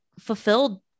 fulfilled